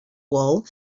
wool